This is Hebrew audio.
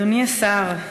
אדוני השר,